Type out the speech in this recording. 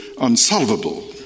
unsolvable